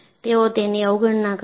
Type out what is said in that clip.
તેઓ તેની અવગણના કરે છે